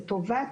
לטובת